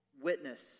witness